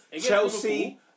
Chelsea